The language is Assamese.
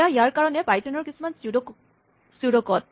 এয়া ইয়াৰ কাৰণে পাইথনৰ কিছুমান ছিউড' ক'ড